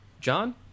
john